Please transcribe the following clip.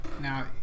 Now